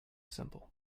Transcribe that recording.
simple